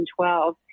2012